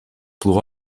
plu